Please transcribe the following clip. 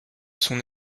son